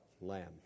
lamb